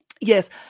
yes